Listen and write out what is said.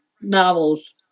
novels